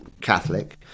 Catholic